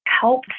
Help